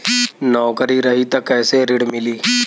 नौकरी रही त कैसे ऋण मिली?